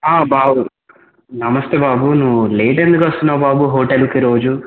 ఆ బాబు నమస్తే బాబు నువ్వు లేట్ ఎందుకు వస్తున్నావు బాబు హోటల్కి రోజు